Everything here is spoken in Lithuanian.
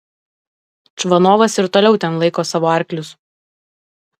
čvanovas ir toliau ten laiko savo arklius